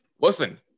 listen